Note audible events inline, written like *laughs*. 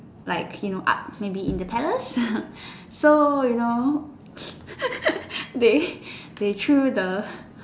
like you know arts maybe in the palace so you know *laughs* they they threw the